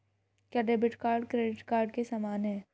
क्या debit card credit card के समान है?